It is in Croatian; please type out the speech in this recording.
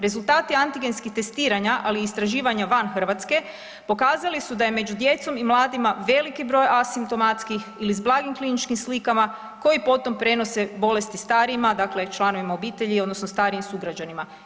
Rezultati antigenskih testiranja, ali i istraživanja van Hrvatske, pokazali su da je među djecom i mladima velik broj asimptomatskih ili s blagim kliničkim slikama koji potom prenose bolesti starijima, dakle članovima obitelji, odnosno starijim sugrađanima.